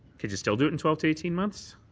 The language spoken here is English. would you still do it in twelve to eighteen months?